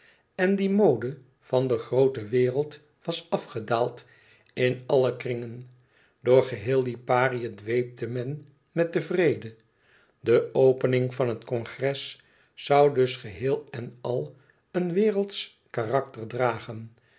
en die mode van de groote wereld was afgedaald in alle kringen door geheel liparië dweepte men met den vrede de opening van het congres zoû dus geheel en al een wereldsch karakter dragen